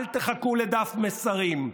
אל תחכו לדף מסרים,